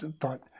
thought